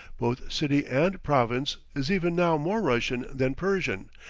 both city and province, is even now more russian than persian,